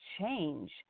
change